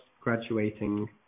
graduating